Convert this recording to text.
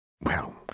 Well